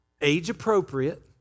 age-appropriate